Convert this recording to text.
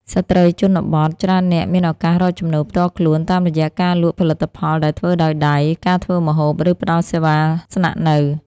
ស្ត្រីជនបទច្រើននាក់មានឱកាសរកចំណូលផ្ទាល់ខ្លួន តាមរយៈការលក់ផលិតផលដែលធ្វើដោយដៃ ការធ្វើម្ហូប ឬផ្ដល់សេវាស្នាក់នៅ។